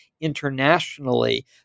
internationally